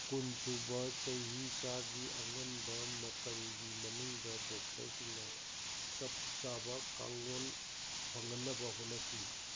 ꯀꯨꯟ ꯁꯨꯕ ꯆꯍꯤ ꯆꯥꯒꯤ ꯑꯉꯟꯕ ꯃꯇꯝꯒꯤ ꯃꯅꯨꯡꯗ ꯕꯣꯛꯁꯔꯁꯤꯡꯅ ꯆꯞ ꯆꯥꯕ ꯀꯥꯡꯂꯣꯟ ꯐꯪꯍꯟꯅꯕ ꯍꯣꯠꯅꯈꯤ